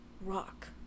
rock